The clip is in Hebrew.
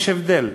יש הבדל: